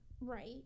right